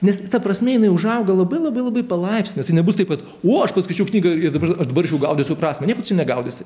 nes ta prasmė jinai užauga labai labai labai palaipsniui tai nebus taip kad o aš paskaičiau knygą ir dabar dabar aš jau gaudysiu prasmę nieko čia negaudysi